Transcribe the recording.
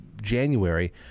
January